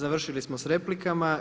Završili smo s replikama.